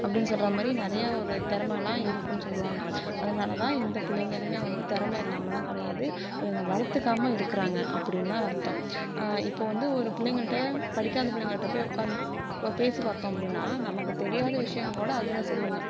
அப்படின்னு சொல்ற மாதிரி நிறையா ஒரு திறமலாம் இருக்கும் சொல்வாங்க அதனால தான் எந்த பிள்ளைங்களுமே வந்து திறம இல்லாமலாம் கிடையாது அவங்க வளர்த்துக்காம இருக்கிறாங்க அப்படின்னு தான் அர்த்தம் இப்போ வந்து ஒரு பிள்ளைங்கள்ட்ட படிக்காத பிள்ளைங்கள்ட்ட போய் உட்காந்து பேசி பார்த்தோம் அப்படின்னா நமக்கு தெரியாத விஷயம் கூட அதுங்க சொல்லும்ங்க